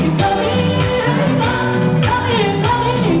you do